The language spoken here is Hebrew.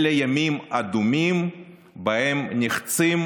אלה ימים אדומים שבהם נחצים